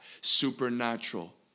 supernatural